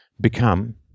become